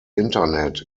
internet